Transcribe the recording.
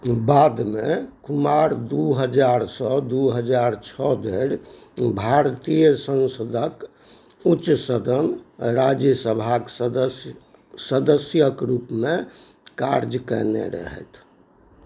बादमे कुमार दू हजारसँ दू हजार छओ धरि भारतीय संसदक उच्च सदन राज्यसभाके सदस्यक रूपमे कार्य कयने रहथि